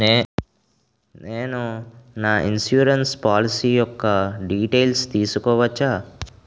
నేను నా insurance policy యెక్క డీటైల్స్ తెల్సుకోవచ్చా?